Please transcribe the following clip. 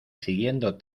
siguiendo